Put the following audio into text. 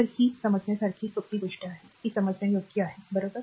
तर ही समजण्यासारखी सोपी गोष्ट आहे जी समजण्यायोग्य आहे बरोबर